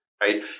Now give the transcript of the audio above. Right